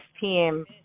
team